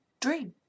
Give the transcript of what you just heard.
dream